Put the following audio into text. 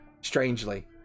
strangely